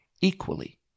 equally